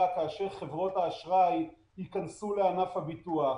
כאשר חברות האשראי ייכנסו לענף הביטוח.